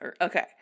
okay